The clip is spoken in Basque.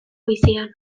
bizian